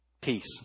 peace